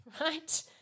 right